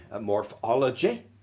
morphology